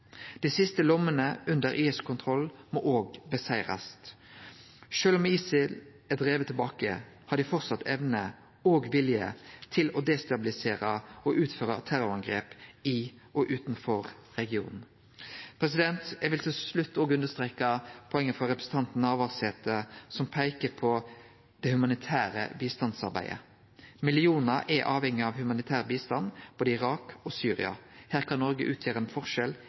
Dei siste lommene under IS-kontroll må òg sigrast over. Sjølv om ISIL er drivne tilbake, har dei framleis evne og vilje til å destabilisere og å utføre terrorangrep i og utanfor regionen. Eg vil til slutt understreke poenget til representanten Navarsete, som peikte på det humanitære bistandsarbeidet. Millionar er avhengige av humanitær bistand, både i Irak og i Syria. Her kan Noreg utgjere ein forskjell